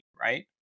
right